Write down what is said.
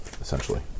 essentially